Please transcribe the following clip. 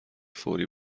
فوری